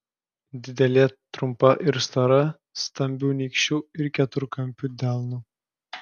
didelė trumpa ir stora stambiu nykščiu ir keturkampiu delnu